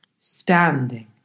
Standing